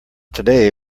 today